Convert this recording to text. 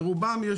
לרובם,